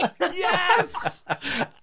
Yes